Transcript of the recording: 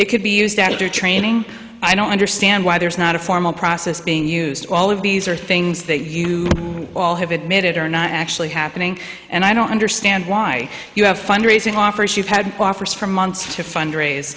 it could be used at your training i don't understand why there's not a formal process being used all of these are things that you all have admitted or not actually happening and i don't understand why you have fundraising offers you've had offers for months to fundraise